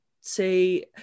say